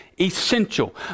essential